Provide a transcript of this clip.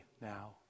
now